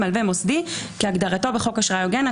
"מלווה מוסדי" כהגדרתו בחוק אשראי הוגן,